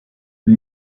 für